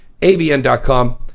ABN.com